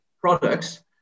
products